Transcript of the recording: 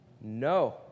no